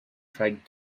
tried